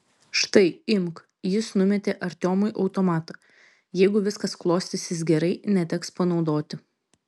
štai imk jis numetė artiomui automatą jeigu viskas klostysis gerai neteks panaudoti